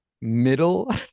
middle